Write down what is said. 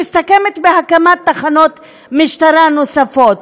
מסתכמת בהקמת תחנות משטרה נוספות?